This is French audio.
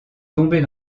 tombées